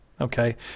okay